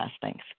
thanks